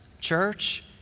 church